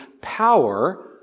power